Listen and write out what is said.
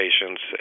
patients